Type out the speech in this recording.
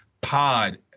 Pod